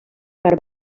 per